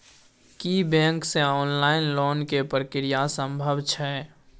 की bank से online loan के प्रक्रिया संभव छै?